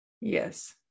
yes